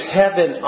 heaven